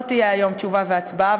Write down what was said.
לא יהיו היום תשובה והצבעה,